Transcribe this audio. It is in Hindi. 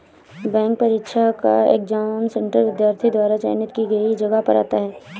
बैंक परीक्षा का एग्जाम सेंटर विद्यार्थी द्वारा चयनित की गई जगह पर आता है